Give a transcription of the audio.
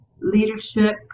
leadership